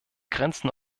grenzen